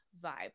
vibe